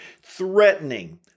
threatening